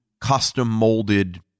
custom-molded